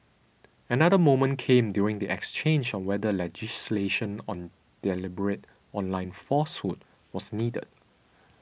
another moment came during the exchange on whether legislation on deliberate online falsehood was needed